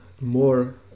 more